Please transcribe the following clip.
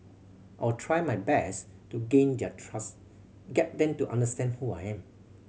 I'll try my best to gain their trust get them to understand who I am